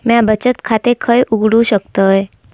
म्या बचत खाते खय उघडू शकतय?